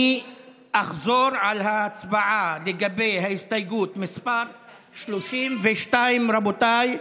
אני אחזור על ההצבעה לגבי הסתייגות מס' 32. רבותיי,